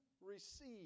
receive